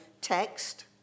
text